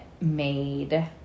made